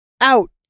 out